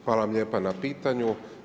Hvala vam lijepo na pitanju.